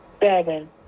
Seven